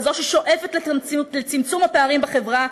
כזו ששואפת לצמצום הפערים בחברה,